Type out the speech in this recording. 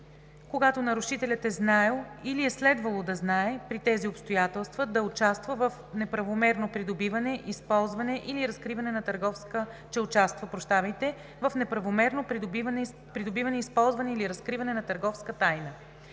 когато нарушителят е знаел или е следвало да знае при тези обстоятелства, че участва в неправомерно придобиване, използване или разкриване на търговска тайна.